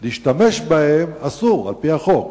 להשתמש בהם, אסור, על-פי החוק.